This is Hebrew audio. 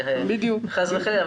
חס וחלילה,